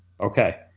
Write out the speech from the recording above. okay